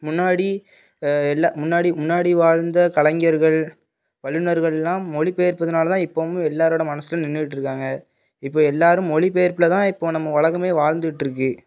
முன்னாடி இல்லை முன்னாடி முன்னாடி வாழ்ந்த கலைஞர்கள் வல்லுநர்கள்லாம் மொழிபெயர்ப்பதுனால தான் இப்போவும் எல்லாரோட மனசில் நின்றுட்ருக்காங்க இப்போ எல்லாரும் மொழிபெயர்ப்புல தான் இப்போ நம்ம உலகமே வாழ்ந்துட்ருக்கு